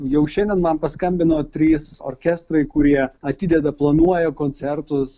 jau šiandien man paskambino trys orkestrai kurie atideda planuoja koncertus